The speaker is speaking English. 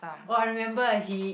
oh I remember he